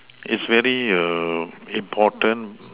it's very err important